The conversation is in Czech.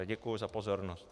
Děkuji za pozornost.